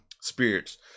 spirits